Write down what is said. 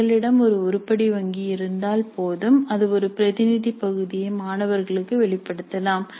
எங்களிடம் ஒரு உருப்படி வங்கி இருந்தால் போதும் அது ஒரு பிரதிநிதி பகுதியை மாணவர்களுக்கு வெளிப்படுத்தலாம்